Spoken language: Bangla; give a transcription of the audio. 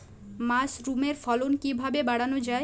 মাসরুমের ফলন কিভাবে বাড়ানো যায়?